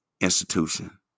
institution